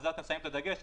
על זה אתם שמים את הדגש,